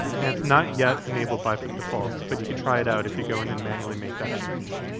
and it's not yet enabled by default, but you can try it out if you go in and manually make that change.